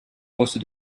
poste